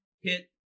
hit